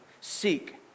Seek